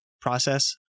process